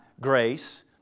grace